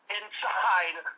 inside